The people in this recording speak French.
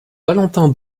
valentin